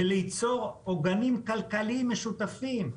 וליצור עוגנים כלכליים משותפים,